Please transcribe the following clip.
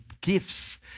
gifts